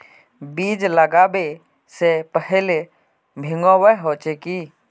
बीज लागबे से पहले भींगावे होचे की?